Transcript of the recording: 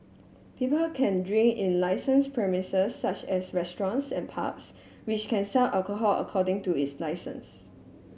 people can drink in licensed premises such as restaurants and pubs which can sell alcohol according to its licence